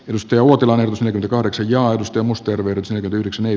edustaja uotilan ja kahdeksan ja aistimus tervehdyksen yhdeksän ei